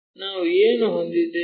ನಾವು ಏನು ಹೊಂದಿದ್ದೇವೆ